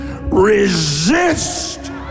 resist